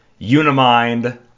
unimind